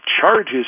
charges